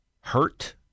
hurt